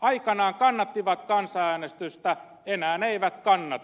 aikanaan kannattivat kansanäänestystä enää eivät kannata